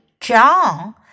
John